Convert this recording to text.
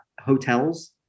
hotels